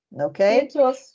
okay